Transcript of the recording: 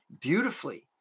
beautifully